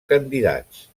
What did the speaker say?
candidats